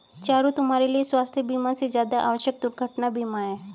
चारु, तुम्हारे लिए स्वास्थ बीमा से ज्यादा आवश्यक दुर्घटना बीमा है